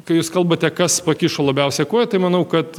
kai jūs kalbate kas pakišo labiausiai koją tai manau kad